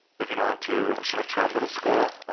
moving on to chinook trail middle school,